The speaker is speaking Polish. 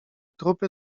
trupy